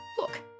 Look